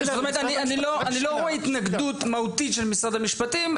רואה התנגדות מהותית של משרד המשפטים,